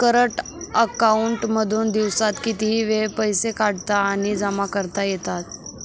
current account मधून दिवसात कितीही वेळ पैसे काढता आणि जमा करता येतात